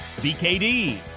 BKD